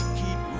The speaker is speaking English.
keep